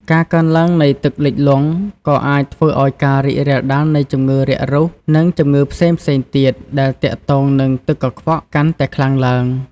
ការកើនឡើងនៃទឹកលិចលង់ ក៏អាចធ្វើឲ្យការរីករាលដាលនៃជំងឺរាករូស និងជំងឺផ្សេងៗទៀតដែលទាក់ទងនឹងទឹកកខ្វក់កាន់តែខ្លាំងឡើង។